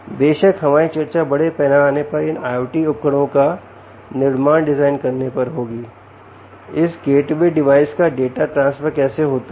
बेशक हमारी चर्चा बड़े पैमाने पर इन IoT उपकरणों का निर्माण डिजाइन करने पर होगी इस गेटवे डिवाइस का डाटा अंतरण कैसे होता है